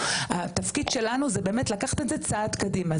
התפקיד שלנו הוא באמת לקחת את זה צעד קדימה.